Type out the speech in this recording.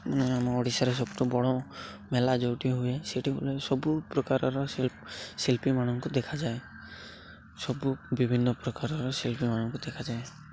ମାନେ ଆମ ଓଡ଼ିଶାରେ ସବୁଠୁ ବଡ଼ ମେଳା ଯେଉଁଠି ହୁଏ ସେଠି ସବୁ ପ୍ରକାରର ଶିଳ୍ପୀ ମାନଙ୍କୁ ଦେଖାଯାଏ ସବୁ ବିଭିନ୍ନ ପ୍ରକାରର ଶିଳ୍ପୀ ମାନଙ୍କୁ ଦେଖାଯାଏ